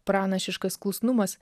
pranašiškas klusnumas